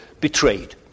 betrayed